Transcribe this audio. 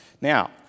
Now